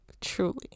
truly